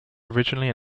originally